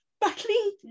Battling